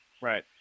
right